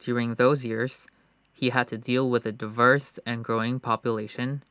during those years he had to deal with A diverse and growing population